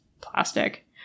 plastic